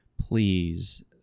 please